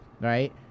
Right